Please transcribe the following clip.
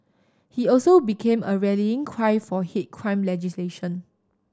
he also became a rallying cry for hate crime legislation